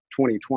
2020